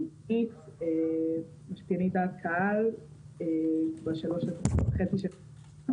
דוגמנית ומשפענית דעת קהל בשלוש וחצי שנים האחרונות.